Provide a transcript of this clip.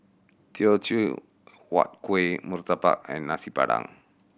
Teochew Huat Kuih murtabak and Nasi Padang